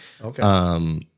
Okay